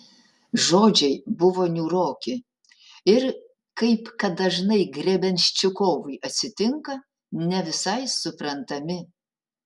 žodžiai buvo niūroki ir kaip kad dažnai grebenščikovui atsitinka ne visai suprantami